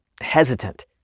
hesitant